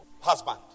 husband